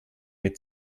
mit